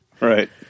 Right